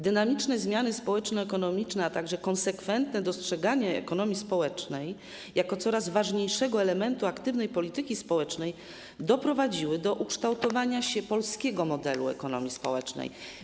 Dynamiczne zmiany społeczno-ekonomiczne, a także konsekwentne dostrzeganie ekonomii społecznej jako coraz ważniejszego elementu aktywnej polityki społecznej doprowadziły do ukształtowania się polskiego modelu ekonomii społecznej.